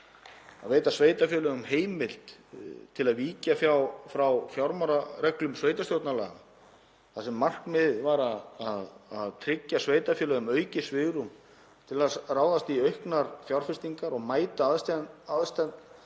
að veita sveitarfélögum heimild til að víkja frá fjármálareglum sveitarstjórnarlaga þar sem markmiðið var að tryggja sveitarfélögum aukið svigrúm til að ráðast í auknar fjárfestingar og mæta aðsteðjandi